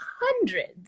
hundreds